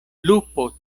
lupo